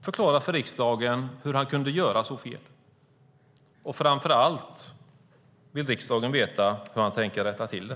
Förklara för riksdagen hur han kunde göra så fel! Framför allt vill riksdagen veta hur han tänker rätta till det.